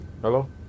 Hello